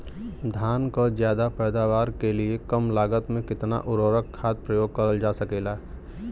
धान क ज्यादा पैदावार के लिए कम लागत में कितना उर्वरक खाद प्रयोग करल जा सकेला?